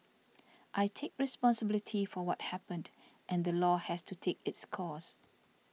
I take responsibility for what happened and the law has to take its course